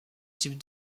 type